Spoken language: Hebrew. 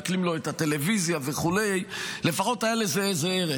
מעקלים לו את הטלוויזיה וכו' לפחות היה לזה איזה ערך.